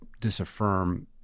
disaffirm